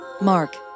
Mark